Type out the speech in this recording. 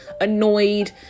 annoyed